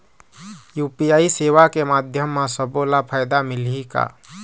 UPI सेवा के माध्यम म सब्बो ला फायदा मिलही का?